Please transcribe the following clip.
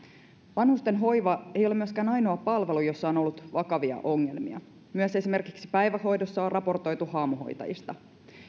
vanhusten hoiva ei ole myöskään ainoa palvelu jossa on ollut vakavia ongelmia myös esimerkiksi päivähoidossa on raportoitu haamuhoitajista